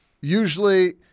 Usually